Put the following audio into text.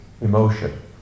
emotion